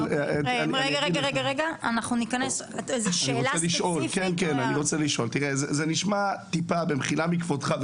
אני רוצה לשאול: במחילה מכבודך,